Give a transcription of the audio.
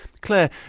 Claire